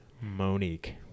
Monique